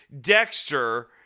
Dexter